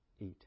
eat